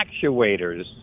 actuators